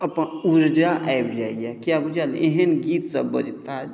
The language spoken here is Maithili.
अपन ऊर्जा आबि जाइया किएक बुझलियै एहन गीत सब बजैता